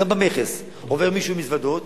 גם במכס עובר מישהו עם מזוודות,